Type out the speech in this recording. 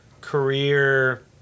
career